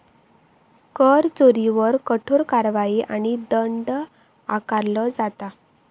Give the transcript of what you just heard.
कर चोरीवर कठोर कारवाई आणि दंड आकारलो जाता